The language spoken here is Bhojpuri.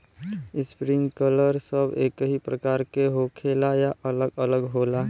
इस्प्रिंकलर सब एकही प्रकार के होला या अलग अलग होला?